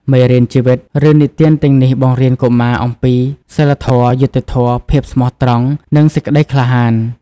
មេរៀនជីវិត រឿងនិទានទាំងនេះបង្រៀនកុមារអំពី សីលធម៌ យុត្តិធម៌ ភាពស្មោះត្រង់ និង សេចក្ដីក្លាហាន។